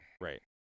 Right